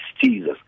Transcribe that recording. Jesus